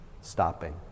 stopping